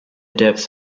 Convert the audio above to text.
depth